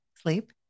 sleep